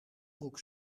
broek